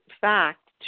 fact